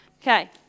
Okay